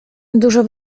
dużo